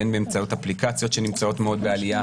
בין באמצעות אפליקציות שנמצאות מאוד בעלייה